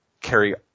carry